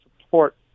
support